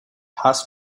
has